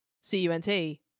C-U-N-T